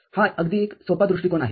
हा एक अगदी सोपा दृष्टीकोन आहे